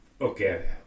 okay